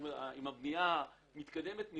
הבנייה מתקדמת,